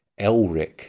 Elric